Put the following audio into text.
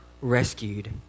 rescued